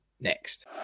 Next